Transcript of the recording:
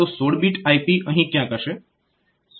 તો 16 bit IP અહીં ક્યાંક હશે